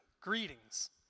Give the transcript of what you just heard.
greetings